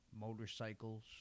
motorcycles